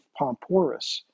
Pomporus